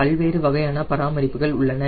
பல்வேறு வகையான பராமரிப்புகள் உள்ளன